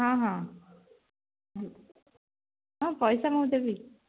ହଁ ହଁ ହଁ ପଇସା ମୁଁ ଦେବି